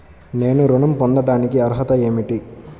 నేను ఋణం పొందటానికి అర్హత ఏమిటి?